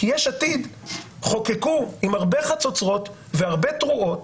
כי יש עתיד חוקקו עם הרבה חצוצרות והרבה תרועות